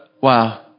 wow